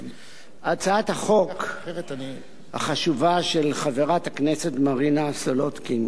הצעת החוק החשובה של חברת הכנסת מרינה סולודקין